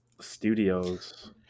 studios